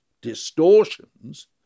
distortions